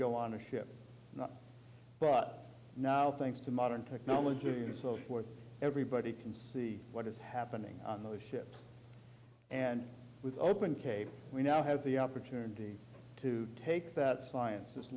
go on a ship brought up now thanks to modern technology and so forth everybody can see what is happening on those ships and with open caves we now have the opportunity to take that science